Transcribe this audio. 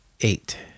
eight